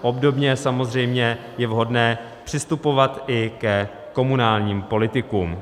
Obdobně samozřejmě je vhodné přistupovat i ke komunálním politikům.